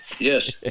Yes